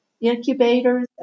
incubators